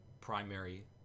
primary